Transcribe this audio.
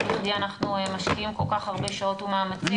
לא בכדי אנחנו משקיעים כל כך הרבה שעות ומאמצים.